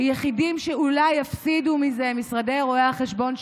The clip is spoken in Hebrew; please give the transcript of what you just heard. היחידים שאולי יפסידו מזה הם משרדי רואי החשבון,